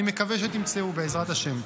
אני מקווה שתמצאו, בעזרת השם.